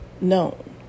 known